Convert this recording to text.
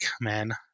man